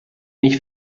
nicht